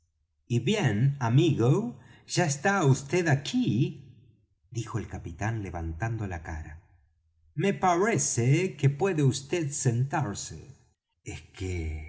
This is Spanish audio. y bien amigo ya está vd aquí dijo el capitán levantando la cara me parece que puede vd sentarse es que